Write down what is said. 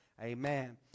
amen